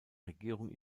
regierung